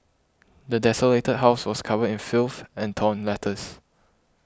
the desolated house was covered in filth and torn letters